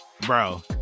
Bro